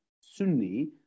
Sunni